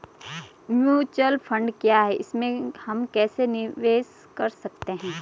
Mutual fund क्या है इसमें हम कैसे निवेश कर सकते हैं?